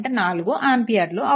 4 ఆంపియర్లు అవుతుంది